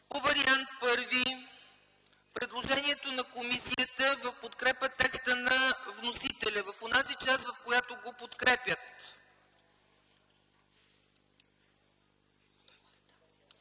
по вариант първи предложението на комисията в подкрепа текста на вносителя в онази част, в която го подкрепя.